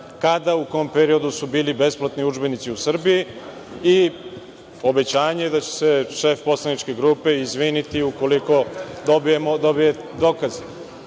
kada i u kom periodu su bili besplatni udžbenici u Srbiji i obećanje da će se šef poslaničke grupe izviniti ukoliko dobije dokaze. Imate